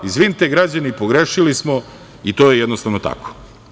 Izvinite, građani, pogrešili smo i to je jednostavno tako.